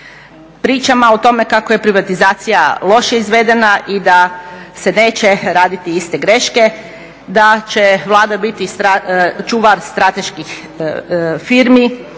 pričama o tome kako je privatizacija loše izvedena i da se neće raditi iste greške, da će Vlada biti čuvar strateških firmi.